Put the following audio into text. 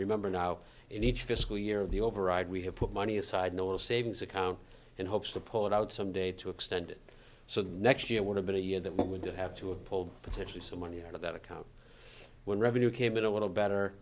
remember now in each fiscal year of the override we have put money aside no savings account and hopes to pull it out some day to extend it so the next year would have been a year that we're going to have to uphold potentially some money out of that account when revenue came in a little better